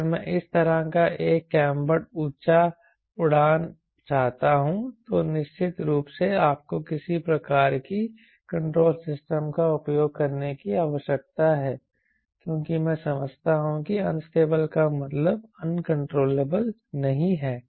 अगर मैं इस तरह का एक कैंबर्ड ऊँचा उड़ना चाहता हूँ तो निश्चित रूप से आपको किसी प्रकार की कंट्रोल सिस्टम का उपयोग करने की आवश्यकता है क्योंकि मैं समझता हूं कि अनस्टेबल का मतलब अनकंट्रोलेबल नहीं है